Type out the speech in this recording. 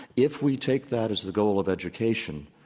if we take that as the goal of education,